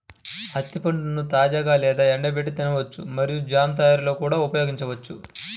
అత్తి పండ్లను తాజాగా లేదా ఎండబెట్టి తినవచ్చు మరియు జామ్ తయారీలో కూడా ఉపయోగించవచ్చు